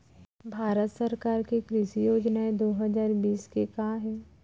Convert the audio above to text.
भारत सरकार के कृषि योजनाएं दो हजार बीस के का हे?